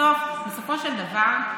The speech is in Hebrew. בסופו של דבר,